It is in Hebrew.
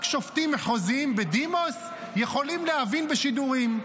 רק שופטים מחוזיים בדימוס יכולים להבין בשידורים.